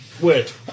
Wait